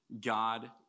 God